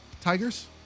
Tigers